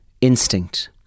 instinct